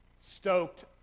stoked